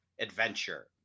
adventure